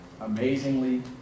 amazingly